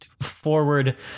forward